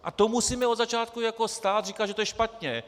A to musíme od začátku jako stát říkat, že to je špatně.